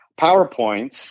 PowerPoints